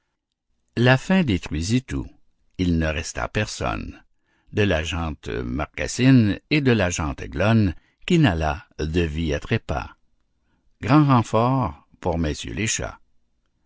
la faim détruisit tout il ne resta personne de la gent marcassine et de la gent aiglonne qui n'allât de vie à trépas grand renfort pour messieurs les chats